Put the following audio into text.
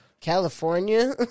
California